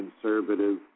conservative